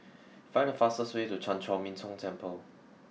find the fastest way to Chan Chor Min Tong Temple